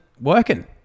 working